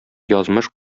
язмыш